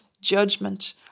judgment